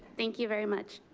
thank you very much.